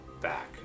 back